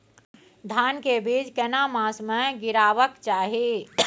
धान के बीज केना मास में गीराबक चाही?